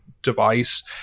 Device